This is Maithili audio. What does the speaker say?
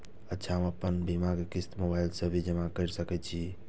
अच्छा हम आपन बीमा के क़िस्त मोबाइल से भी जमा के सकै छीयै की?